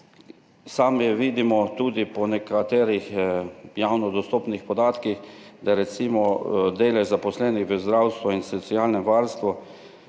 sami vidimo, tudi po nekaterih javno dostopnih podatkih, da je delež zaposlenih v zdravstvu in socialnem varstvu